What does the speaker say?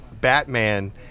batman